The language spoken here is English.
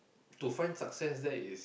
to find success there is